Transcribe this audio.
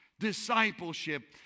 discipleship